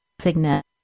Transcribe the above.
Signet